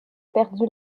perdu